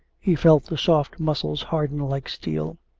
he felt the soft muscles harden like steel.